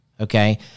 okay